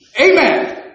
Amen